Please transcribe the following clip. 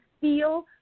feel